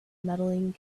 medaling